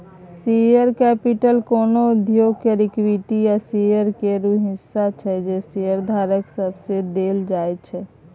share capital कोनो उद्योग केर इक्विटी या शेयर केर ऊ हिस्सा छै जे शेयरधारक सबके देल जाइ छै